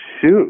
Shoot